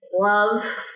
love